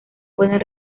pueden